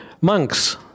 Monks